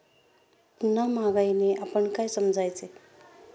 पुन्हा महागाईने आपण काय समजायचे?